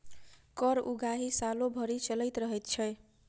कर उगाही सालो भरि चलैत रहैत छै